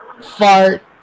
Fart